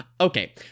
okay